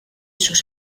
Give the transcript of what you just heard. sus